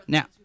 Now